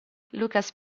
lucas